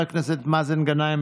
חבר הכנסת מאזן גנאים,